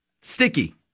Sticky